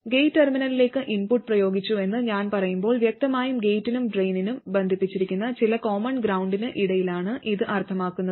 gate ടെർമിനലിലേക്ക് input പ്രയോഗിച്ചുവെന്ന് ഞാൻ പറയുമ്പോൾ വ്യക്തമായും ഗേറ്റിനും ഡ്രെയിൻ ബന്ധിപ്പിച്ചിരിക്കുന്ന ചില കോമൺ ഗ്രൌണ്ടിന് ഇടയിലാണ് ഇത് അർത്ഥമാക്കുന്നത്